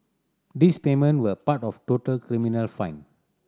these payment were part of total criminal fine